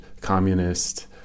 communist